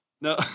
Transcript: No